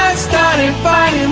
study by